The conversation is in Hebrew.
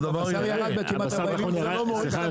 הבשר ירד בכמעט --- סליחה,